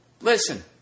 Listen